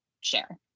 share